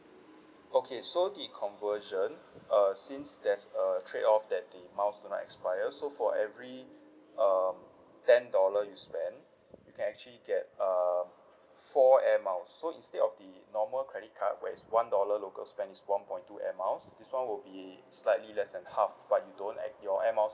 okay so the conversion err since there's a trade off that the miles do not expire so for every um ten dollar you spend you can actually get uh four air miles so instead of the normal credit card where it's one dollar local spend is one point two air miles this one will be slightly less than half but you don't air~ your air miles